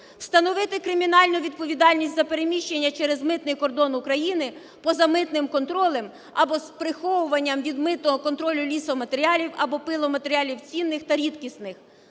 "Встановити кримінальну відповідальність за переміщення через митний кордон України поза митним контролем або з приховуванням від митного контролю лісоматеріалів або пиломатеріалів цінних та рідкісних".